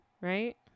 right